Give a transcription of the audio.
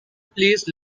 please